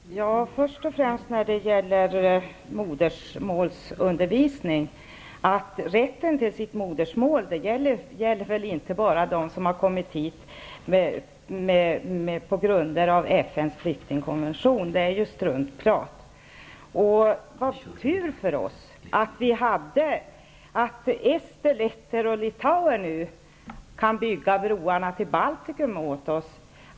Herr talman! Först och främst vill jag när det gäller modersmålsundervisningen säga att rätten till sitt modersmål väl inte bara gäller dem som kommit hit på grundval av FN:s flyktingkommission. Det är struntprat. Vilken tur för oss att ester, letter och litauer kan bygga broar till Baltikum åt oss.